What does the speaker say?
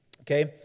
okay